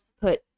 put